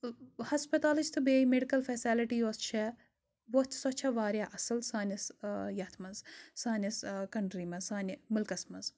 ہَسپَتالٕچ تہٕ بیٚیہِ medical facility یۄس چھےٚ وۄتھ سۄ چھےٚ واریاہ اَصٕل سٲنِس یَتھ منٛز سٲنِس کَنٹرٛی منٛز سانہِ مٕلکَس منٛز